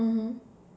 mmhmm